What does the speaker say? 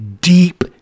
deep